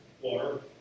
water